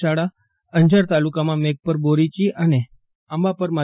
શાળા અંજાર તાલુકામાં મેઘપરબોરીચીન અને આંબાપર મા